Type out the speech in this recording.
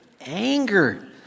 Anger